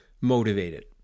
motivated